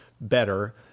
better